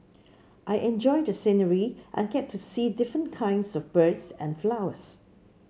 I enjoy the scenery and get to see different kinds of birds and flowers